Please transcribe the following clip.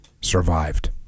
survived